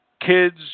kids